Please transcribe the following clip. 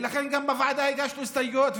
ולכן גם בוועדה הגשנו הסתייגויות.